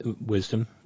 Wisdom